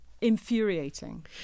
infuriating